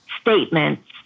statements